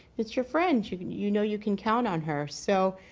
it's your friend you can you know you can count on her so.